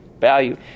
value